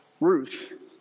Ruth